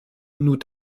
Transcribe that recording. nous